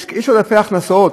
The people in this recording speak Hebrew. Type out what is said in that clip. יש עודפי הכנסות,